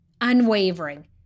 unwavering